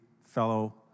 fellow